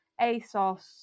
asos